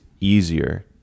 Easier